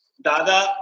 Dada